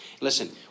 Listen